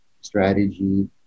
strategy